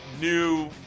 new